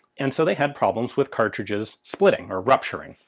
and so they had problems with cartridges splitting or rupturing.